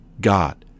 God